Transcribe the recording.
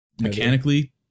mechanically